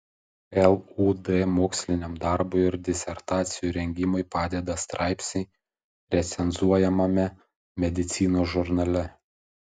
lud moksliniam darbui ir disertacijų rengimui padeda straipsniai recenzuojamame medicinos žurnale